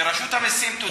שרשות המסים תודיע.